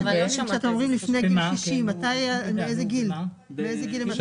אתם אומרים לפני גיל 60. שבע שנים.